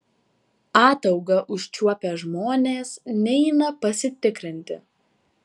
ataugą užčiuopę žmonės neina pasitikrinti